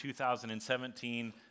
2017